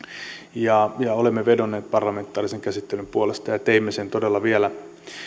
ja olemme vedonneet parlamentaarisen käsittelyn puolesta ja teimme sen todella vielä